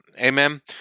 Amen